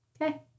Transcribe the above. Okay